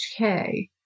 HK